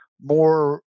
more